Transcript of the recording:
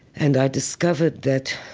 and i discovered that,